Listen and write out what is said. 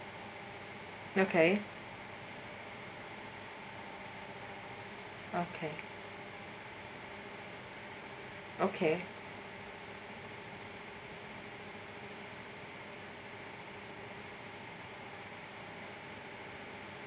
okay okay okay